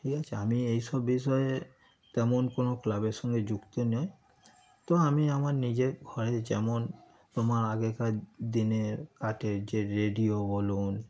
ঠিক আছে আমি এইসব বিষয়ে তেমন কোনো ক্লাবের সঙ্গে যুক্ত নই তো আমি আমার নিজের ঘরে যেমন তোমার আগেকার দিনের কাঠের যে রেডিও বলুন